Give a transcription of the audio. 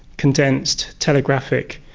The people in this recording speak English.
condensed, telegraphic,